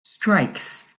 strikes